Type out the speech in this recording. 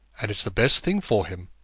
and it's the best thing for him,